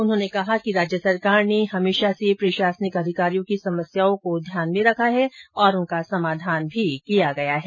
उन्होंने कहा कि राज्य सरकार ने हमेशा से प्रशासनिक अधिकारियों की समस्याओं को ध्यान में रखा है और उनका समाधान भी किया गया है